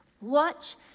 Watch